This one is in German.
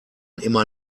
immer